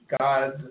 god